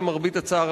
למרבה הצער,